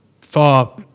far